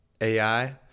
AI